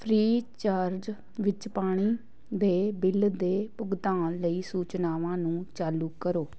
Freecharge ਵਿੱਚ ਪਾਣੀ ਦੇ ਬਿੱਲ ਦੇ ਭੁਗਤਾਨ ਲਈ ਸੂਚਨਾਵਾਂ ਨੂੰ ਚਾਲੂ ਕਰੋ